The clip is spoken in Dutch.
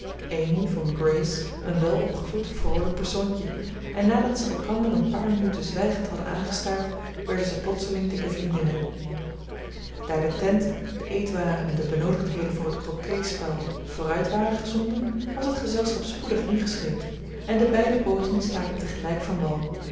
een welopgevoed vroolijk persoontje en nadat ze elkander een paar minuten zwijgend hadden aangestaard werden ze plotseling dikke vriendinnen daar de tent de eetwaren en de benoodigdheden voor het crocket spel vooruit waren gezonden was het gezelschap spoedig ingescheept en de beide booten staken tegelijk van wal